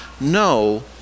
No